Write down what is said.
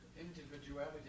Individuality